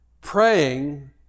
praying